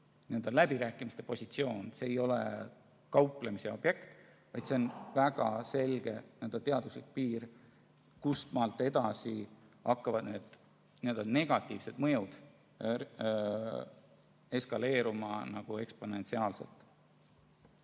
n‑ö läbirääkimiste positsioon, kauplemise objekt, vaid see on väga selge teaduslik piir, kustmaalt edasi hakkavad negatiivsed mõjud eskaleeruma eksponentsiaalselt.